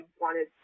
wanted –